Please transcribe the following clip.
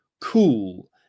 cool